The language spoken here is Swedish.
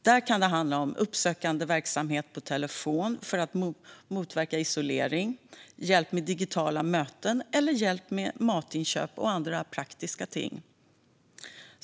Där kan det handla om uppsökande verksamhet på telefon för att motverka isolering, hjälp med digitala möten eller hjälp med matinköp och andra praktiska ting.